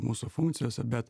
mūsų funkcijose bet